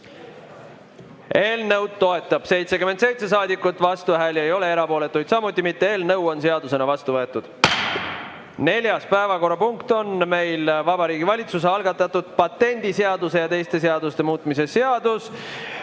Eelnõu toetab 77 saadikut, vastuhääli ei ole, erapooletuid samuti mitte. Eelnõu on seadusena vastu võetud. Neljas päevakorrapunkt on meil Vabariigi Valitsuse algatatud patendiseaduse ja teiste seaduste muutmise seadus